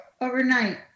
overnight